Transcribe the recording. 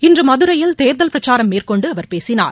இன்று மதுரையில் தேர்தல் பிரச்சாரம் மேற்கொண்டு அவர் பேசினார்